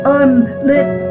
unlit